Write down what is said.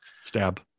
Stab